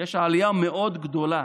יש עלייה גדולה